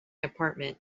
apartment